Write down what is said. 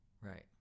Right